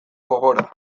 gogora